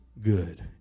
good